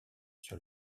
sur